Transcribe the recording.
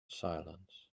silence